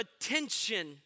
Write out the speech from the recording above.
attention